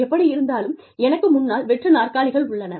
எப்படியிருந்தாலும் எனக்கு முன்னால் வெற்று நாற்காலிகள் உள்ளன